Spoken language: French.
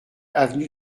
avenue